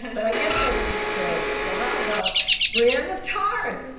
and but i guess that isn't the character. so, how about brienne of tarth?